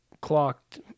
clocked